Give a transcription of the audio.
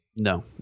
No